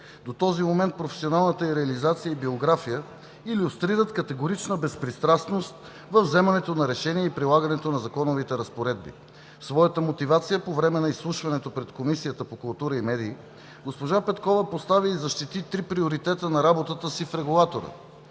До този момент професионалната ѝ реализация и биография илюстрират категорична безпристрастност във вземането на решения и прилагането на законовите разпоредби. В своята мотивация по време на изслушването пред Комисията по култура и медии госпожа Петкова постави и защити три приоритета на работата си в регулатора